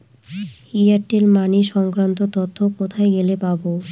Airtel money সংক্রান্ত তথ্য কোথায় গেলে পাব?